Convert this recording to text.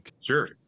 sure